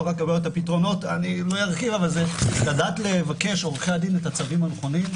לא ארחיב, אבל זה לדעת לבקש, עורכי הדין,